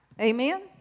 Amen